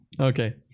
Okay